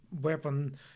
weapon